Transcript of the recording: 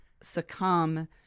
succumb